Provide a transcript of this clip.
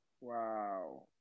Wow